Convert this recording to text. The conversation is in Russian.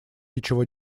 ничего